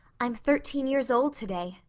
i'm thirteen years old today,